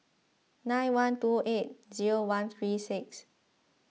nine one two eight zero one three six